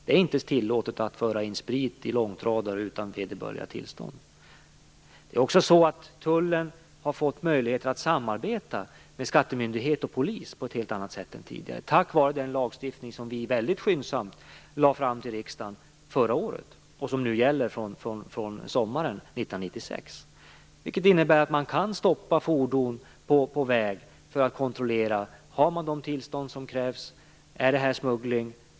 Det är inte tillåtet att föra in sprit i långtradare utan vederbörliga tillstånd. Tullen har också fått möjligheter att samarbeta med skattemyndighet och polis på ett helt annat sätt än tidigare, tack vare den lag som vi mycket skyndsamt lade fram för riksdagen förra året och som gäller från sommaren 1996. Det innebär att man kan stoppa fordon på väg för att kontrollera om de har de tillstånd som krävs. Är det här smuggling?